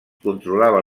controlava